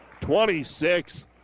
26